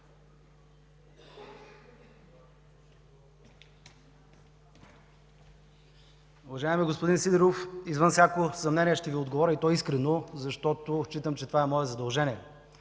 Уважаеми господин Сидеров, извън всякакво съмнение ще Ви отговоря, и то искрено, защото считам, че това е мое задължение